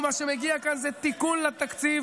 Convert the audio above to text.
ומה שמגיע כאן הוא תיקון לתקציב